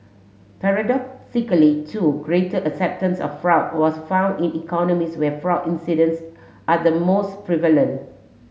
paradoxically too greater acceptance of fraud was found in economies where fraud incidents are the most prevalent